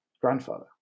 grandfather